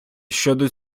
щодо